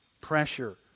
pressure